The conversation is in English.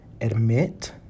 Admit